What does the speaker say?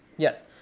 Yes